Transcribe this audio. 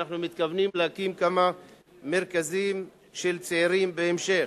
ואנחנו מתכוונים להקים כמה מרכזים של צעירים בהמשך.